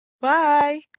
bye